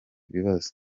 ibibazo